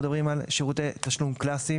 בסעיף 2(א) אנחנו מדברים על שירותי תשלום קלאסיים,